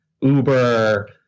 Uber